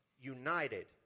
united